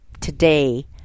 today